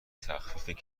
تخفیف